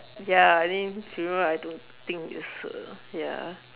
ya I think funeral I don't think it's a ya